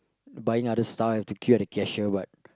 buying other stuff I have to queue at the cashier but